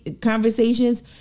conversations